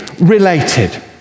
related